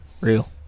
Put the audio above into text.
real